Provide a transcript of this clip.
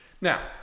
Now